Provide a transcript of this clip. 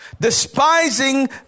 despising